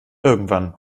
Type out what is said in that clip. irgendwann